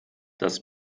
das